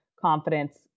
confidence